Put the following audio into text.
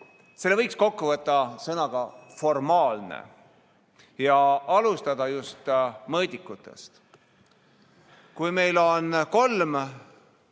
võiks kokku võtta sõnaga "formaalne". Alustan just mõõdikutest. Kui meil on kolm